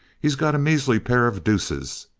he's got a measly pair of deuces!